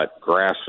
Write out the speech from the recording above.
grass